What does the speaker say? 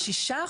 ה-6%,